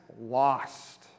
lost